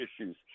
issues